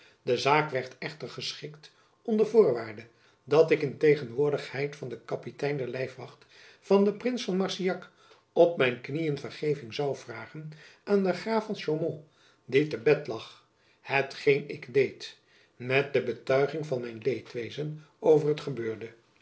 de zaak werd echter geschikt onder voorwaarde dat ik in tegenwoordigheid van den kapitein der lijfwacht van den prins van marsillac op mijn knieën vergeving zoû vragen aan den graaf van chaumont die te bed lag hetgeen ik deed met de betuiging van mijn leedwezen over het gebeurde